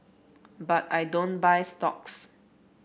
but I don't buy stocks